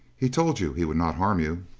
he told you he would not harm you.